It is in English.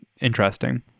interesting